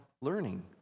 learning